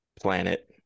planet